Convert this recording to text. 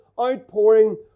outpouring